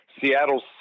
Seattle's